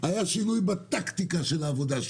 היה שינוי בטקטיקה של העבודה.